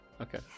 okay